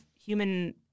human